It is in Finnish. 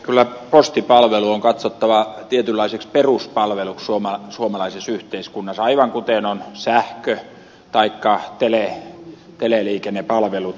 kyllä postipalvelu on katsottava tietynlaiseksi peruspalveluksi suomalaisessa yhteiskunnassa aivan kuten on sähkö taikka teleliikennepalvelut